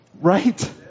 Right